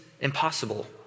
impossible